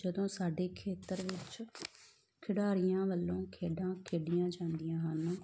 ਜਦੋਂ ਸਾਡੇ ਖੇਤਰ ਵਿੱਚ ਖਿਡਾਰੀਆਂ ਵੱਲੋਂ ਖੇਡਾਂ ਖੇਡੀਆਂ ਜਾਂਦੀਆਂ ਹਨ